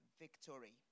victory